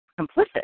complicit